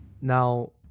Now